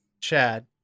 Chad